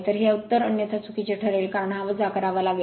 तर हे उत्तर अन्यथा चुकीचे ठरेल कारण हा वजा करावा लागेल